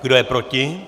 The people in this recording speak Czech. Kdo je proti?